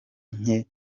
nke